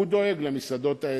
הוא דואג למסעדות האתניות.